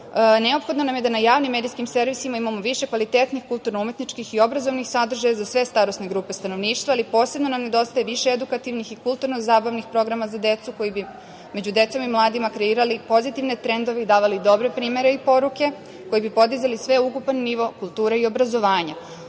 neophodno nam je da na javnim medijskim servisima imamo više kvalitetnih kulturno-umetničkih i obrazovnih sadržaja za sve starosne grupe stanovništva, ali posebno nam nedostaje više edukativnih i kulturno zabavnih programa za decu koji bi među decom i mladima kreirali pozitivne trendove i davali dobre primere i poruke, koji bi podizali sveukupan nivo kulture i obrazovanja. Ovom